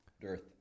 Dearth